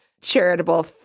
charitable